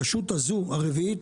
הרשות הרביעית,